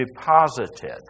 deposited